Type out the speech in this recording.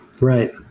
Right